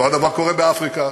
אותו הדבר קורה באפריקה.